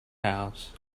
house